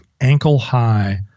ankle-high